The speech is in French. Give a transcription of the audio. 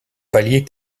palier